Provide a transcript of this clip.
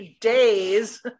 days